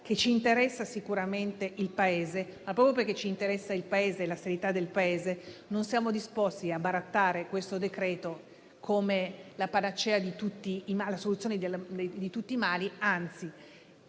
che ci interessa sicuramente il Paese. Proprio perché ci interessa il Paese e la sua serietà, non siamo disposti a considerare questo decreto come la soluzione di tutti i mali. Anzi,